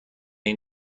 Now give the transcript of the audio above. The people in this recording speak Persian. این